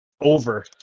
Over